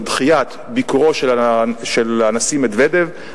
דחיית ביקורו של הנשיא מדוודב,